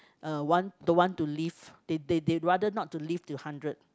uh want don't want to live they they they rather not to live till hundred